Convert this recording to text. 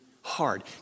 hard